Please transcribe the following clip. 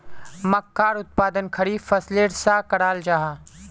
मक्कार उत्पादन खरीफ फसलेर सा कराल जाहा